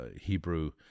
Hebrew